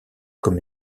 comme